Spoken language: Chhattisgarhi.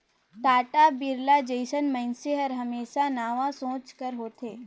टाटा, बिरला जइसन मइनसे हर हमेसा नावा सोंच कर होथे